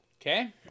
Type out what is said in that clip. Okay